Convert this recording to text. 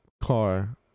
car